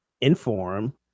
inform